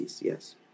Yes